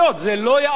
זה לא יעבוד.